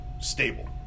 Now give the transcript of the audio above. stable